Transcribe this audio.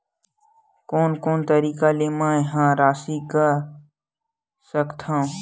कोन कोन तरीका ले मै ह राशि कर सकथव?